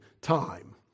time